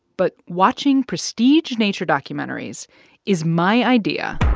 but watching prestige nature documentaries is my idea.